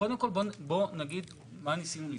קודם כל בוא נגיד מה ניסינו לפתור.